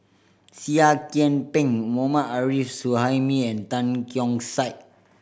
Seah Kian Peng Mohammad Arif Suhaimi and Tan Keong Saik